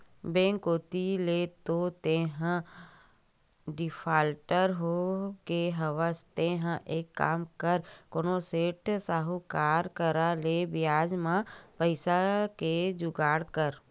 bank कोती ले तो तेंहा डिफाल्टर होगे हवस तेंहा एक काम कर कोनो सेठ, साहुकार करा ले बियाज म पइसा के जुगाड़ कर